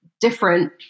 different